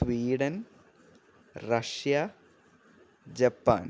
Sweden Russia Japan